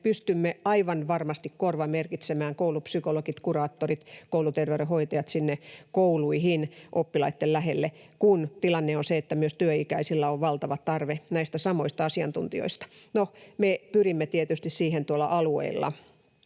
pystymme aivan varmasti korvamerkitsemään koulupsykologit, ‑kuraattorit, kouluterveydenhoitajat sinne kouluihin oppilaitten lähelle, kun tilanne on se, että myös työikäisillä on valtava tarve näistä samoista asiantuntijoista. No, me pyrimme tietysti siihen tuolla alueilla.